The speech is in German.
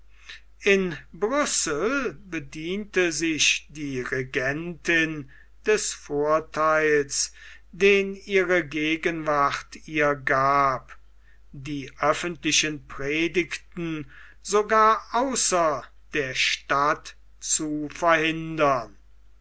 in brüssel bediente sich die regentin des vortheils den ihre gegenwart ihr gab die öffentlichen predigten sogar außer der stadt zu verhindern